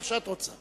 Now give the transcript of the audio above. איך שאת רוצה.